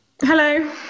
Hello